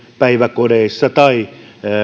päiväkoteihin tai